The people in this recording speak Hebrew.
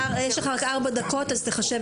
יש לך רק ארבע דקות, אז תחשב את זמנך.